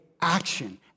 action